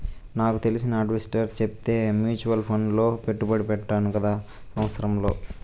నాకు తెలిసిన అడ్వైసర్ చెప్తే మూచువాల్ ఫండ్ లో పెట్టుబడి పెట్టాను గత సంవత్సరంలో